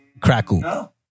crackle